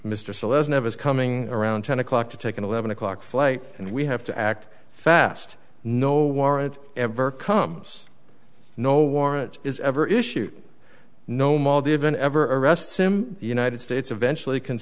is coming around ten o'clock to take an eleven o'clock flight and we have to act fast no warrant ever comes no warrant is ever issued no mall given ever arrests him the united states eventually c